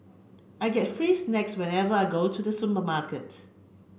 I get free snacks whenever I go to the supermarket